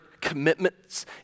commitments